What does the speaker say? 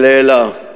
כלא "אלה",